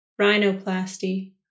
Rhinoplasty